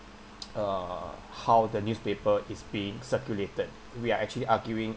uh how the newspaper is being circulated we are actually arguing